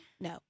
No